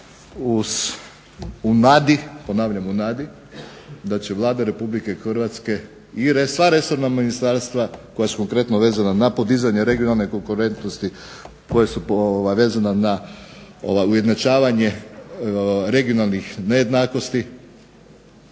u nadi, ponavljam u nadi, da će Vlada Republike Hrvatske i sva resorna ministarstva koja su konkretno vezana na podizanje regionalne konkurentnosti, koja su vezana na ujednačavanje regionalnih nejednakosti,